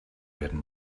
werden